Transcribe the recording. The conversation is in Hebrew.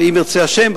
ואם ירצה השם,